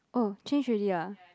oh change already ah